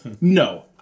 no